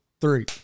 three